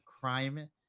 crime